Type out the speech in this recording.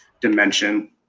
dimension